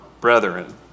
brethren